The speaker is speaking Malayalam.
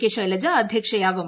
കെ ശൈലജ അധ്യക്ഷയാകും